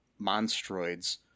monstroids